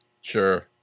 Sure